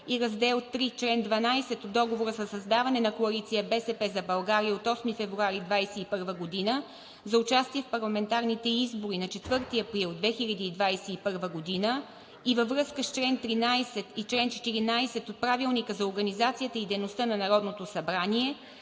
Раздел III, чл. 12 от Договора за създаване на Коалиция „БСП за България“ от 8 февруари 2021 г. за участие в парламентарните избори на 4 април 2021 г. и във връзка с чл. 13 и 14 от Правилника за организацията и